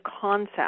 concept